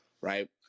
right